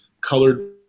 colored